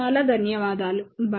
చాలా ధన్యవాదాలు బై